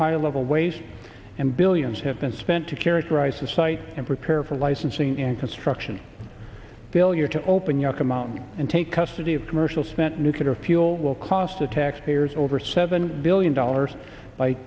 high level waste and billions have been spent to characterize the site and prepare for licensing and construction failure to open york amount and take custody of commercial spent nuclear fuel will cost the taxpayers over seven billion dollars by